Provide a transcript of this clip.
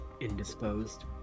indisposed